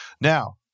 Now